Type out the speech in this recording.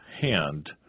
hand